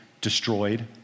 destroyed